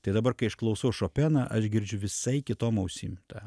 tai dabar kai aš klausau šopeną aš girdžiu visai kitom ausim tą